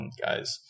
guys